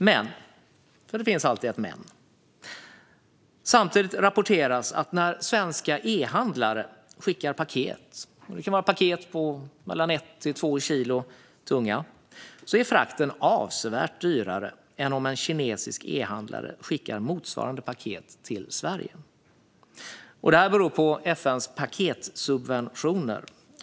Men, för det finns alltid ett men, samtidigt rapporteras att när svenska e-handlare skickar paket - det kan vara paket som är mellan ett och två kilo tunga - är frakten avsevärt dyrare än om en kinesisk e-handlare skickar motsvarande paket till Sverige. Det beror på FN:s paketsubventioner.